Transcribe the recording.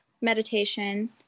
meditation